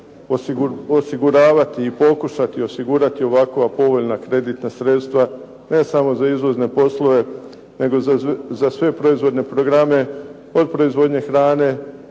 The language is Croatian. osiguravati i pokušati osigurati ovakva povoljna kreditna sredstva, ne samo za izvozne poslove, nego za sve proizvodne programe, od proizvodnje hrane,